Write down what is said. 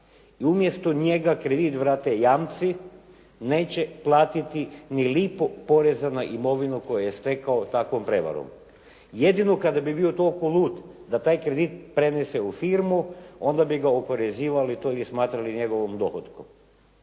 umjesto njega kredit vrate jamci, neće platiti ni lipu poreza na imovinu koju je stekao takvom prevarom. Jedino kada bi bio toliko lud da taj kredit prenese u firmu, onda bi ga oporezivali ili smatrali to njegovim dohotkom.